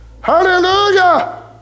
Hallelujah